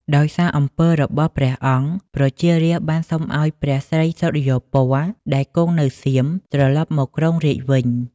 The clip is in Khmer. ដោយសារអំពើរបស់ព្រះអង្គ ប្រជារាស្ត្របានសុំឱ្យព្រះស្រីសុរិយោពណ៌ ដែលគង់នៅសៀម ត្រឡប់មកគ្រងរាជ្យវិញ។